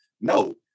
no